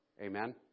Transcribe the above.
amen